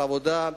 על העבודה,